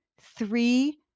three